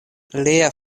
lia